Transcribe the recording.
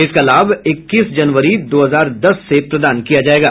इसका लाभ इक्कीस जनवरी दो हजार दस से प्रदान किया जायेगा